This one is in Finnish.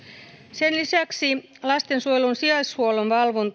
sen lisäksi lastensuojelun sijaishuollon valvonta on